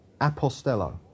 apostello